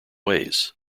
ways